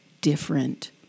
different